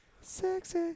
Sexy